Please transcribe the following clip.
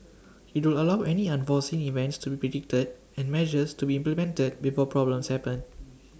IT will allow any unforeseen events to be predicted and measures to be implemented before problems happen